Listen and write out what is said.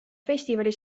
festivali